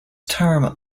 term